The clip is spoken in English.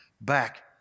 back